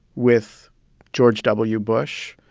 with george w. bush,